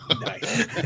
Nice